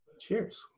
Cheers